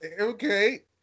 Okay